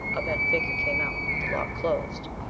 a bent figure came out. the lock closed.